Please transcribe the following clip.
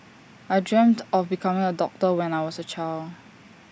I dreamt of becoming A doctor when I was A child